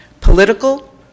Political